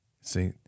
See